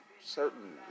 certain